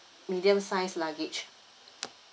medium size luggage